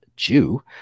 Jew